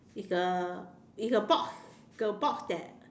it's a it's a box a box that